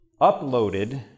uploaded